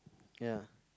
ya